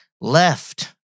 left